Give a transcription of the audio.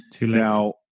now